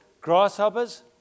Grasshoppers